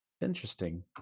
interesting